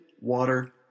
Water